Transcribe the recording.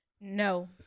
No